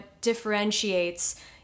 differentiates